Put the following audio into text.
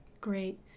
Great